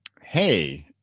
Hey